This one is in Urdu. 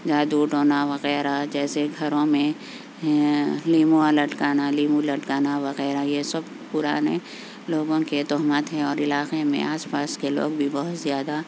جادو ٹونا وغیرہ جیسے گھروں میں لیموا لٹکانا لیمو لٹکانا وغیرہ یہ سب پرانے لوگوں کے تہمت ہیں اور علاقے میں آس پاس کے لوگ بھی بہت زیادہ